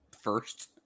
first